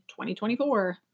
2024